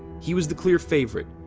he was the clear favorite.